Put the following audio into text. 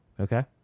Okay